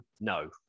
No